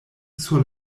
sur